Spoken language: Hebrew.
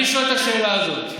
אני שואל את השאלה הזאת.